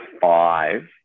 five